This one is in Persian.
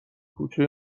کوچه